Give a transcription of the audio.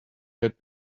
had